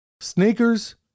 Sneakers